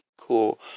cool